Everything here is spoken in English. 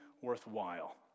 worthwhile